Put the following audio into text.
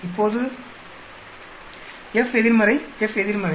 இப்போது F எதிர்மறை F எதிர்மறை